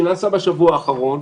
שנעשה בשבוע האחרון,